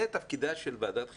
זה תפקידה של ועדת חינוך,